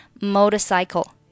motorcycle